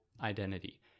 identity